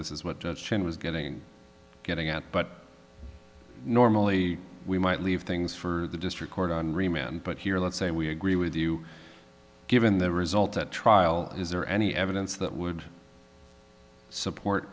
this is what judge chin was getting getting at but normally we might leave things for the district court on remand but here let's say we agree with you given the result at trial is there any evidence that would support